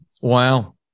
Wow